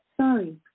Sorry